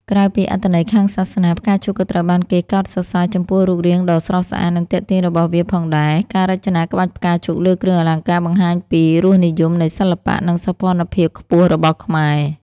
ក្រៅពីអត្ថន័យខាងសាសនា ផ្កាឈូកក៏ត្រូវបានគេកោតសរសើរចំពោះរូបរាងដ៏ស្រស់ស្អាត និងទាក់ទាញរបស់វាផងដែរ ការរចនាក្បាច់ផ្កាឈូកលើគ្រឿងអលង្ការបង្ហាញពីរសនិយមនៃសិល្បៈ និងសោភ័ណភាពខ្ពស់របស់ខ្មែរ។